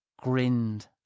grinned